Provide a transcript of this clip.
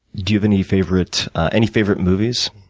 do you have any favorite any favorite movies,